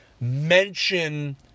mention